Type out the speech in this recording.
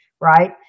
right